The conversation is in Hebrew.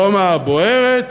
רומא בוערת